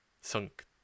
sunk